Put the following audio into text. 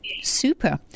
Super